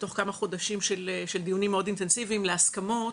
בתוך כמה חודשים של דיונים מאוד אינטנסיביים להסכמות,